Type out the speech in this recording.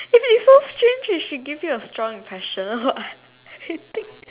it's so strange if she gives you a strong impression or what you think